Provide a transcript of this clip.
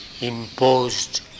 imposed